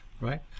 right